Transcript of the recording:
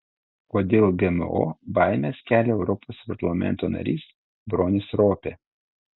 kodėl gmo baimes kelia europos parlamento narys bronis ropė